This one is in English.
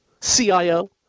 CIO